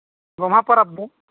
ᱜᱚᱢᱦᱟ ᱯᱚᱨᱚᱵᱽ ᱫᱚ